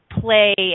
play